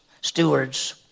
stewards